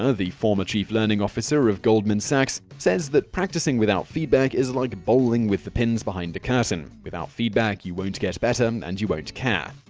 ah the former chief learning officer of goldman sachs, said that practicing without feedback is like bowling with the pins behind a curtain. without feedback, you won't get better um and you won't care.